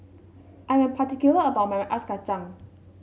I am particular about my Ice Kachang